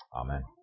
Amen